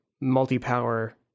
multi-power